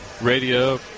Radio